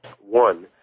one